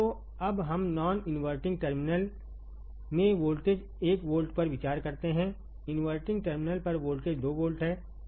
तो अब हम नॉन इनवर्टिंग टर्मिनल में वोल्टेज1 वोल्ट पर विचार करते हैंइनवर्टिंग टर्मिनल पर वोल्टेज 2 वोल्ट है